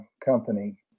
company